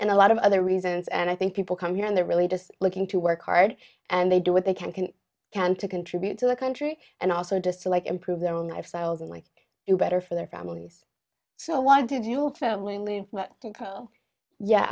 and a lot of other reasons and i think people come here and they're really just looking to work hard and they do what they can can can to contribute to the country and also just like improve their own lifestyles and like it better for their families so why did your family